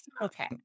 okay